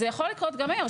זה יכול לקרות גם היום,